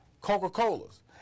Coca-Colas